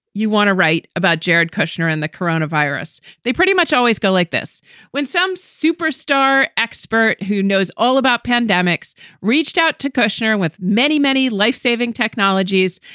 you want to write about jared kushner and the corona virus. they pretty much always go like this when some superstar expert who knows all about pandemics reached out to kushner with many, many life saving technologies.